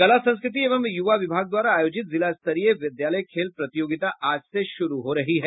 कला संस्कृति एंव युवा विभाग द्वारा आयोजित जिला स्तरीय विद्यालय खेल प्रतियोगिता आज से शुरू हो रही है